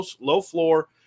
low-floor